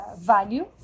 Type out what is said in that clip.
value